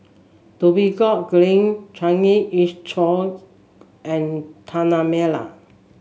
Dhoby Ghaut Green Changi East Chaw and Tanah Merah